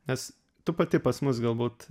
nes tu pati pas mus galbūt